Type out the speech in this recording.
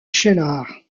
cheylard